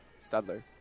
Studler